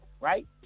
Right